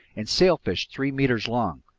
and sailfish three meters long,